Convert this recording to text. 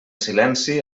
silenci